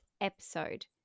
episode